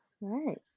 right